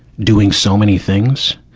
doing so many things.